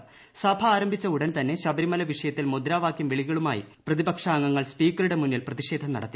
്സഭ ആരംഭിച്ച ഉടൻതന്നെ ശബരിമല വിഷയത്തിൽ മുദ്രാവാകൃം വിളികളുമായി പ്രതിപക്ഷാംഗങ്ങൾ സ്പീക്കറുടെ മുന്നിൽ പ്രതിഷേധം നടത്തി